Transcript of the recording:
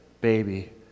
baby